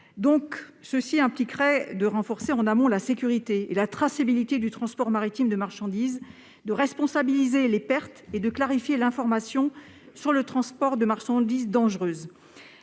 Cela implique de renforcer en amont la sécurité et la traçabilité du transport maritime de marchandises, de responsabiliser les pertes et de clarifier l'information sur le transport de marchandises dangereuses.